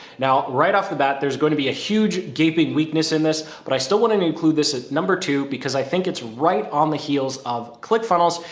now right off the that. there's going to be a huge gaping weakness in this, but i still wanted to include this at number two, because i think it's right on the heels of click funnels.